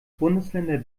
bundesländer